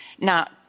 now